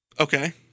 Okay